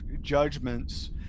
judgments